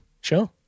sure